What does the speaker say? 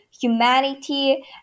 humanity